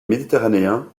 méditerranéen